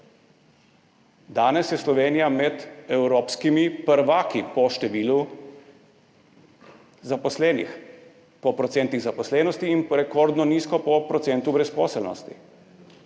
Danes je Slovenija med evropskimi prvaki po številu zaposlenih, po procentih zaposlenosti in rekordno nizko po procentu brezposelnosti.